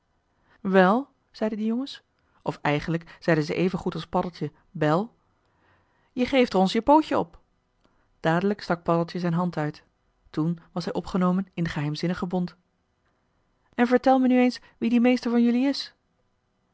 wel zeiden die jongens of eigenlijk zeiden zij even goed als paddeltje bel je geeft er ons je pootje op dadelijk stak paddeltje zijn hand uit toen was hij opgenomen in den geheimzinnigen bond en vertel me nu eens wie die meester van jelui is